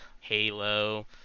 halo